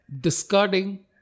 discarding